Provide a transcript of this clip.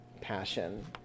passion